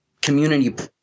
Community